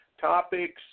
topics